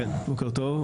בוקר טוב,